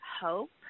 hope